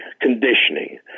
conditioning